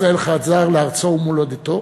שעם ישראל חזר לארצו ולמולדתו,